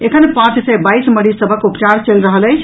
एखन पांच सय बाईस मरीज सभक उपचार चलि रहल अछि